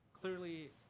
Clearly